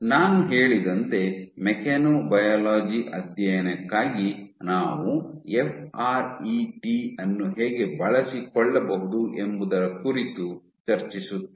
ನಾನು ಹೇಳಿದಂತೆ ಮೆಕ್ಯಾನೊಬಯಾಲಜಿ ಅಧ್ಯಯನಕ್ಕಾಗಿ ನಾವು ಎಫ್ ಆರ್ ಇ ಟಿ ಅನ್ನು ಹೇಗೆ ಬಳಸಿಕೊಳ್ಳಬಹುದು ಎಂಬುದರ ಕುರಿತು ಚರ್ಚಿಸುತ್ತೇನೆ